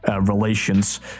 relations